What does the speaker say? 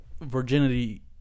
virginity